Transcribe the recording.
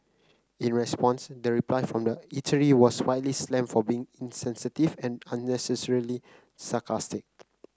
in response the reply from the eatery was widely slammed for being insensitive and unnecessarily sarcastic